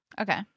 Okay